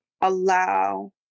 allow